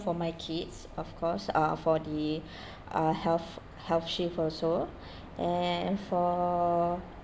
for my kids of course uh for the uh health healthshield also and for